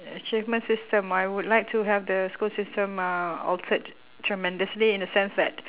achievement system I would like to have the school system uh altered tremendously in the sense that